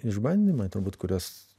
išbandymai turbūt kuriuos